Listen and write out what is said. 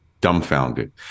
Dumbfounded